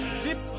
zip